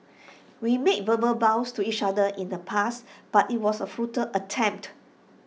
we made verbal vows to each other in the past but IT was A futile attempt